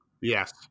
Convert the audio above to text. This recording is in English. Yes